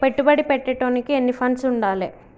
పెట్టుబడి పెట్టేటోనికి ఎన్ని ఫండ్స్ ఉండాలే?